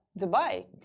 Dubai